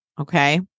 Okay